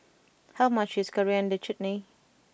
how much is Coriander Chutney